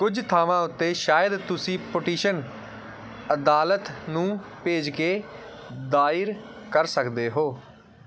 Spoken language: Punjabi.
ਕੁਝ ਥਾਵਾਂ ਉੱਤੇ ਸ਼ਾਇਦ ਤੁਸੀਂ ਪਟੀਸ਼ਨ ਅਦਾਲਤ ਨੂੰ ਭੇਜ ਕੇ ਦਾਇਰ ਕਰ ਸਕਦੇ ਹੋ